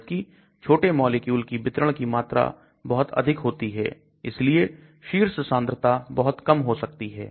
जबकि छोटे मॉलिक्यूल की वितरण की मात्रा बहुत अधिक होती है इसलिए शीर्ष सांद्रता बहुत कम हो सकती है